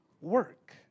work